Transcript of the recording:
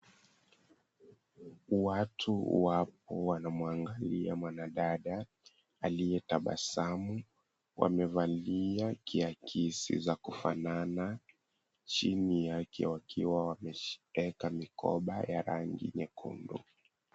Watu wapo wanamuangalia mwanadada aliyetabasamu. Wamevalia kiakisi za kufanana, chini yake wakiwa wameeka mikoba ya rangi nyekundu.